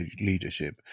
leadership